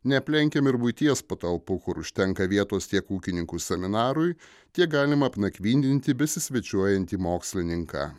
neaplenkiam ir buities patalpų kur užtenka vietos tiek ūkininkų seminarui tiek galima apnakvindinti besisvečiuojantį mokslininką